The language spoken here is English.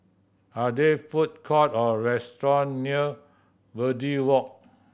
are there food court or restaurant near Verde Walk